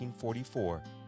1944